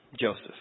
Joseph